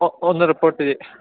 ഓ ഒന്ന് റിപോർട്ട് ചെയ്യ്